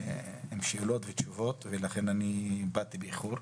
לכן באתי באיחור.